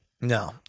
No